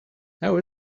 how